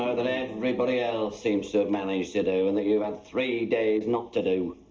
that everybody else seems to have managed to do, and that you've had three days not to do.